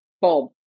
Bob